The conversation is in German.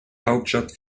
hauptstadt